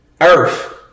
earth